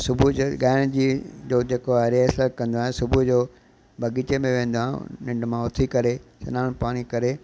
सुबुह जो ॻाइण जी जो जेको आहे रिहरसल कंदो आहियां सुबुह जो बाग़ीचे में वेंदा आहियूं निंड मां उथी करे सनानु पाणी करे